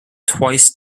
twice